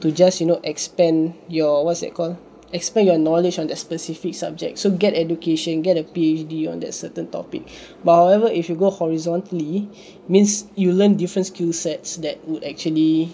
to just you know expand your what's that called expand your knowledge on that specific subject so get education get a P_H_D you on that certain topic but however if you go horizontally means you learn different skill sets that would actually